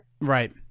right